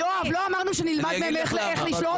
יואב, לא אמרנו שנלמד מהם איך לשלוט?